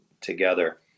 together